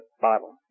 bottle